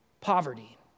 poverty